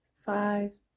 Five